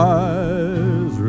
eyes